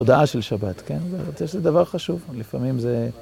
הודעה של שבת, כן? זה דבר חשוב, לפעמים זה...